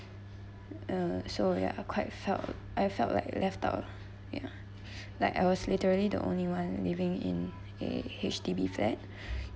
uh so ya quite felt I felt like left out ya like I was literally the only one living in a H_D_B flat